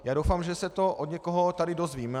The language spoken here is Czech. Já doufám, že se to od někoho tady dozvím.